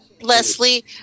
Leslie